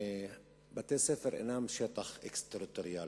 בתי-ספר אינם שטח אקסטריטוריאלי,